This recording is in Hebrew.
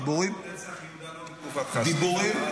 דיבורים --- גדוד נצח יהודה לא מתקופתך, סליחה.